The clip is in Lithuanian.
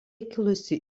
kilusi